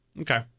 Okay